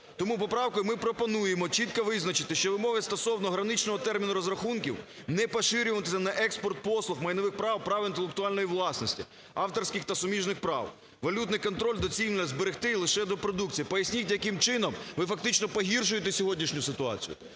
Тому поправкою ми пропонуємо чітко визначити, що вимоги стосовно граничного терміну розрахунків не поширюються на експорт послуг майнових прав і прав інтелектуальної власності, авторських та суміжних прав, валютний контроль доцільно зберегти лише до продукції. Поясніть, яким чином ви фактично погіршуєте сьогоднішню ситуацію.